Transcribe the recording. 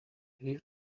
here